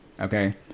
okay